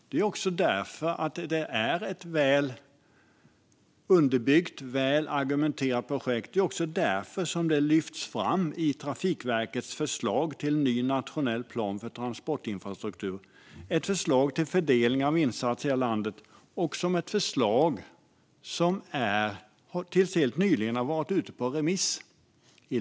Det är ett väl underbyggt projekt som det argumenteras väl för. Det är också därför det lyfts fram i Trafikverkets förslag till ny nationell plan för transportinfrastruktur, som är ett förslag till fördelning av insatser i hela landet och som tills helt nyligen har varit på remiss.